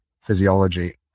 physiology